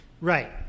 Right